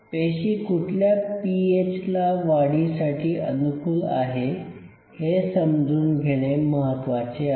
पेशी कुठल्या पीएच ला वाढीसाठी अनुकूल आहेत हे समजून घेणे महत्वाचे आहे